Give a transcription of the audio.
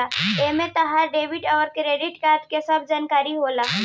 एमे तहार डेबिट अउर क्रेडित कार्ड के सब जानकारी होला